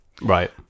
Right